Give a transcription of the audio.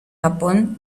japón